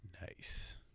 Nice